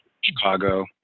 Chicago